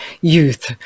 youth